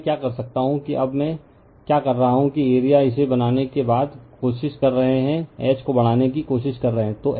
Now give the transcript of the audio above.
अब मैं क्या कर सकता हूं कि अब मैं क्या कर रहा हूं कि एरिया इसे बनाने के बाद कोशिश कर रहे हैं H को बढ़ाने की कोशिश कर रहे हैं